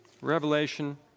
Revelation